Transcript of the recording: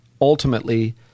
ultimately